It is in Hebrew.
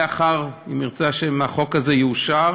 לאחר, אם ירצה השם, שהחוק הזה יאושר,